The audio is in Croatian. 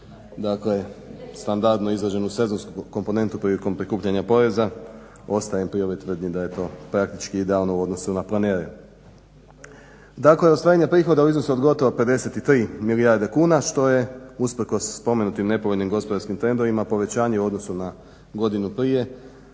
dakle standardno izrađenu sezonsku komponentu prilikom prikupljanja poreza ostajem pri ovoj tvrdnji da je to praktički idealno u odnosu na planirano. Dakle, ostvarenje prihoda u iznosu od gotovo 53 milijarde kuna što je usprkos spomenutim nepovoljnim gospodarskim trendovima povećanje u odnosu na godinu prije